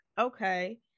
okay